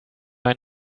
wir